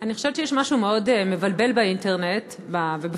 אני חושבת שיש משהו מאוד מבלבל באינטרנט ובפייסבוק,